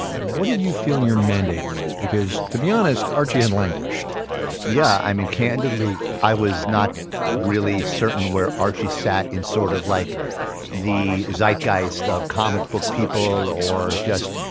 what did you feel your mandate was? because, to be honest, archie had and languished yeah, i mean candidly, i was not really certain where archie sat in sort of like the zeitgeist of comic book people, or just,